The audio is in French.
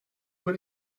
dans